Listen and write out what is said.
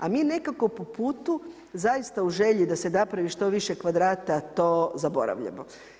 A mi nekako po putu zaista u želji da se napravi što više kvadrata, to zaboravljamo.